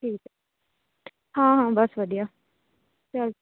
ਠੀਕ ਹੈ ਹਾਂ ਹਾਂ ਬਸ ਵਧੀਆ ਚਲ